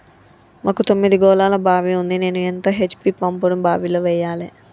మాకు తొమ్మిది గోళాల బావి ఉంది నేను ఎంత హెచ్.పి పంపును బావిలో వెయ్యాలే?